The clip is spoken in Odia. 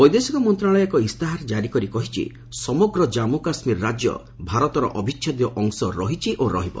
ବୈଦେଶିକ ମନ୍ତ୍ରଣାଳୟ ଏକ ଇସ୍ତାହାର ଜାରି କରିକହିଛି ସମଗ୍ର ଜାମ୍ମୁ କାଶ୍ମୀର ରାଜ୍ୟ ଭାରତର ଅବିଚ୍ଛେଦ୍ୟ ଅଂଶ ରହିଛି ଓ ରହିବ